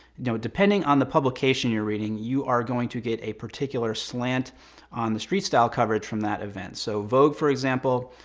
you know depending on the publication you're reading, you are going to get a particular slant on the street style coverage from that event. so vogue for example,